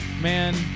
man